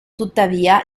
tuttavia